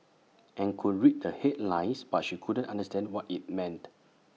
and could read the headlines but she couldn't understand what IT meant